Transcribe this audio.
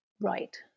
right